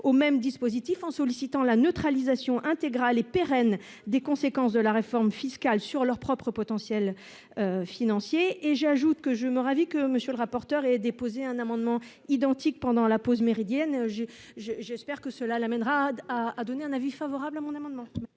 au même dispositif en sollicitant la neutralisation intégrale et pérenne des conséquences de la réforme fiscale sur leurs propres potentiel financier et j'ajoute que je me ravie que monsieur le rapporteur et déposé un amendement identique pendant la pause méridienne j'ai je j'espère que cela l'amènera à à donner un avis favorable à mon amendement.